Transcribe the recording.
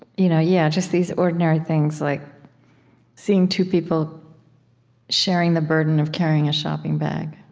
you know yeah just these ordinary things, like seeing two people sharing the burden of carrying a shopping bag